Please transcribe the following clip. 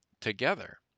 together